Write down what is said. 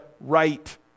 right